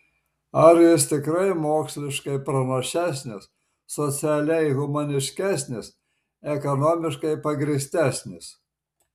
ar jis tikrai moksliškai pranašesnis socialiai humaniškesnis ekonomiškai pagrįstesnis